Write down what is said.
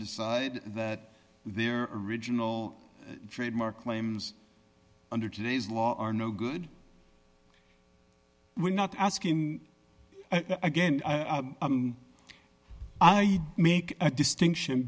decide that their original trademark claims under today's law are no good we're not asking again i make a distinction